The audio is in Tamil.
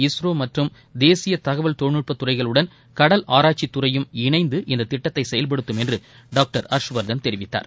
இஸ்ரோ மற்றும் தேசிய தகவல் தொழில்நுட்ப துறைகளுடன் கடல் ஆராய்ச்சித்துறையும் இணைந்து இந்த திட்டத்தை செயல்படுத்தும் என்று டாக்டர் ஹர்ஷ்வர்தன் தெரிவித்தார்